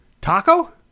Taco